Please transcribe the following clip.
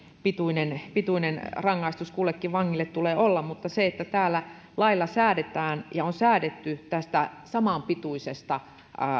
pituinen pituinen rangaistus kullekin vangille tulee olla mutta se että täällä lailla säädetään ja on säädetty samanpituisesta